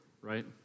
Right